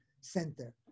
Center